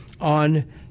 on